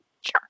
Sure